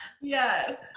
Yes